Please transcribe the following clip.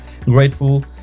grateful